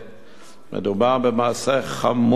מדובר במעשה חמור ביותר,